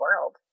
world